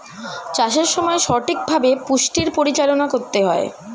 চাষের সময় সঠিকভাবে পুষ্টির পরিচালনা করতে হয়